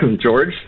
George